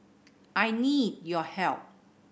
I need your help